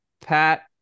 Pat